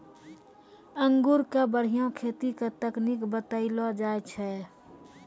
अंगूर के बढ़िया खेती के तकनीक बतइलो जाय छै